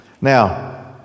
Now